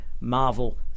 Marvel